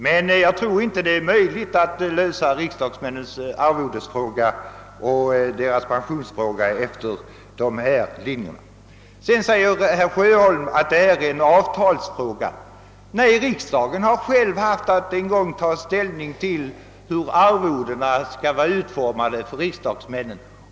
Men jag tror inte det är möjligt att lösa riksdagsmännens arvodesfråga och deras pensionsfråga efter de linjerna. Herr Sjöholm säger att detta är en avtalsfråga. Nej, riksdagen har själv haft att ta ställning till hur arvodena skall vara utformade för riksdagsmännen.